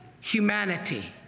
humanity